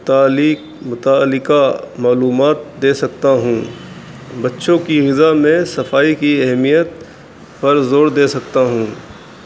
متعلق متعلقہ معلومات دے سکتا ہوں بچوں کی حذا میں صفائی کی اہمیت پر زور دے سکتا ہوں